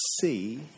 see